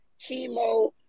chemo